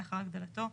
לאחר הגדלתו,